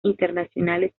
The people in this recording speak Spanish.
internacionales